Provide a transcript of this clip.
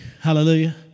Hallelujah